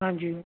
ਹਾਂਜੀ